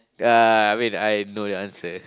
uh wait I know the answer